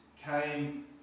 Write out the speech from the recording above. came